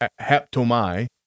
haptomai